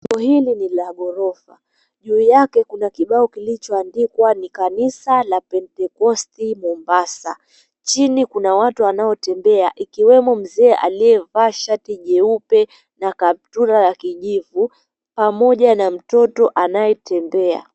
Jengo hili ni la ghorofa. Juu yake kuna kibao kilichoandikwa ni kanisa la pentekosti mombasa. Chini kuna watu wanaotembea ikiwemo mzee aliyevaa shati jeupe na kaptura ya kijivu pamoja mtoto anayetembea.